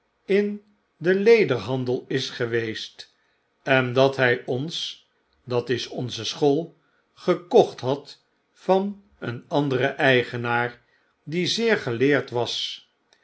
in den lederhandel is geweest en dat hij ons dat is onze school gekocht had van een anderen eigenaar die zeer geleerd was